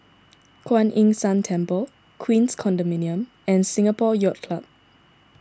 Kuan Yin San Temple Queens Condominium and Singapore Yacht Club